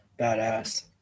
badass